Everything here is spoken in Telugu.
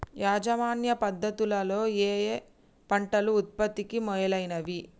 యాజమాన్య పద్ధతు లలో ఏయే పంటలు ఉత్పత్తికి మేలైనవి?